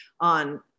on